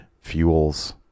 Fuels